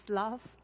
love